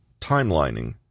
Timelining